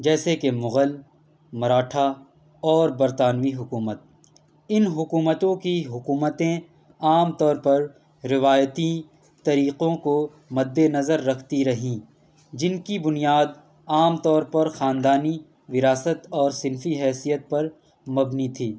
جیسے کہ مغل مراٹھا اور برطانوی حکومت ان حکومتوں کی حکومتیں عام طور پر روایتی طریقوں کو مدِّ نظر رکھتی رہیں جن کی بنیاد عام طور پر خاندانی وراثت اور صنفی حیثیت پر مبنی تھی